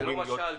זה לא מה ששאלתי.